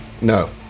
No